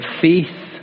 faith